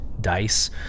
dice